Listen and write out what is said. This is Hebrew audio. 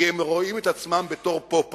כי הם רואים את עצמם בתור פופאי.